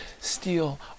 steal